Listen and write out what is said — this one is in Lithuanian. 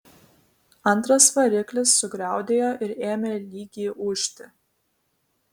antras variklis sugriaudėjo ir ėmė lygiai ūžti